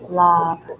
love